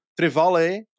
Trivale